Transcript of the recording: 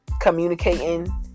communicating